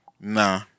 nah